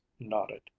nodded